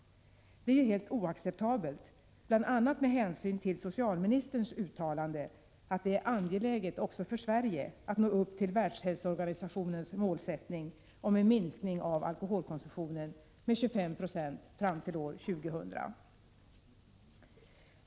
Detta är ju helt oacceptabelt, bl.a. med hänsyn till socialministerns uttalande att det är angeläget också för Sverige att nå upp till Världshälsoorganisationens målsättning om en minskning av alkoholkonsumtionen med 25 90 fram till år 2000.